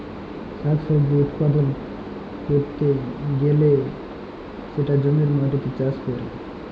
শাক সবজি উৎপাদল ক্যরতে গ্যালে সেটা জমির মাটিতে চাষ ক্যরে